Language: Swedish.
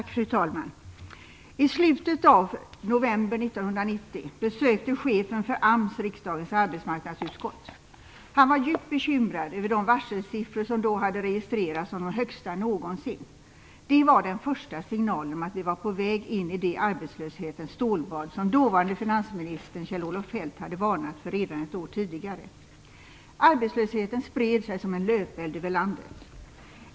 Fru talman! I slutet av november 1990 besökte chefen för AMS riksdagens arbetsmarknadsutskott. Han var djupt bekymrad över de varselsiffror som då hade registrerats som de högsta någonsin. Det var den första signalen om att vi var på väg in i det arbetslöshetens stålbad som dåvarande finansministern Kjell Olof Feldt hade varnat för redan ett år tidigare. Arbetslösheten spred sig som en löpeld över landet.